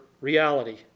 reality